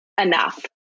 enough